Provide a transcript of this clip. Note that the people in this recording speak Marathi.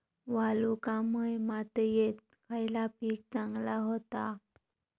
वालुकामय मातयेत खयला पीक चांगला होता?